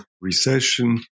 recession